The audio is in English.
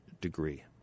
degree